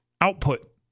output